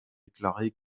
déclaré